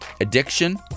addiction